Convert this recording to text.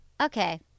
Okay